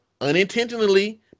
unintentionally